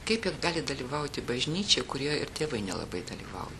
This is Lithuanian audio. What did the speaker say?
kaip jie gali dalyvauti bažnyčioje kurioje ir tėvai nelabai dalyvauja